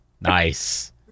Nice